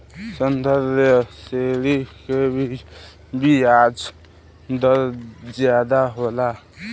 संबंद्ध ऋण के बियाज दर जादा होला